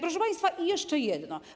Proszę państwa, jeszcze jedno.